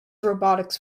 robotix